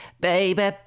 baby